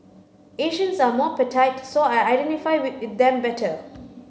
Asians are more so I identify with them better